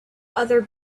other